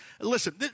Listen